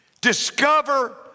Discover